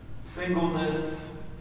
singleness